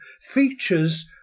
features